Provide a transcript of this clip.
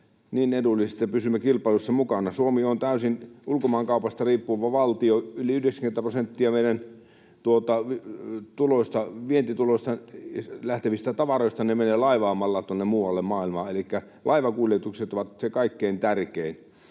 niin edullisesti, että pysymme kilpailussa mukana. Suomi on täysin ulkomaankaupasta riippuva valtio, yli 90 prosenttia meidän vientituloista, lähtevistä tavaroista menee laivaamalla tuonne muualle maailmaan, elikkä laivakuljetukset ovat se kaikkein tärkein.